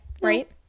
right